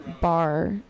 bar